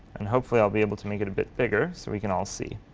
and hopefully i'll be able to make it a bit bigger so we can all see.